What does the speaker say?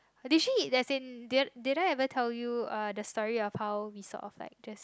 did she as in did did I ever told you uh the story of how we saw of like just